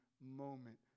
moment